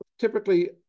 typically